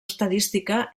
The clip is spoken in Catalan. estadística